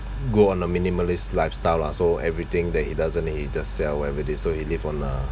go on a minimalist lifestyle lah so everything that he doesn't need he just sell whatever it is so he live on uh